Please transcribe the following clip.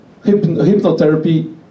hypnotherapy